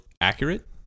accurate